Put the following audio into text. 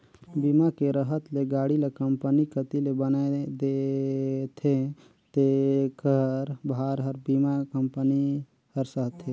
बीमा के रहत ले गाड़ी ल कंपनी कति ले बनाये देथे जेखर भार ल बीमा कंपनी हर सहथे